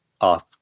off